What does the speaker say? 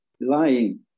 lying